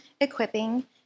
equipping